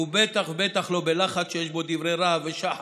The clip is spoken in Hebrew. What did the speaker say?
ובטח ובטח לא בלחץ שיש בו דברי רהב ושחץ.